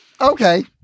Okay